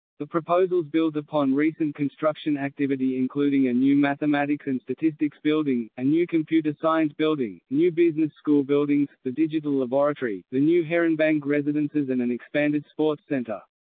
the proposals built upon recent construction activity including a new mathematics and statistics building, a new computer science building, new business school buildings, the digital laboratory, the new heronbank residences and an expanded sports centre.